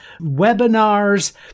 webinars